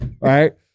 right